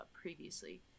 previously